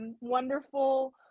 wonderful